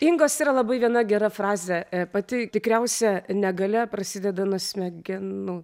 ingos yra labai viena gera frazė pati tikriausia negalia prasideda nuo smegenų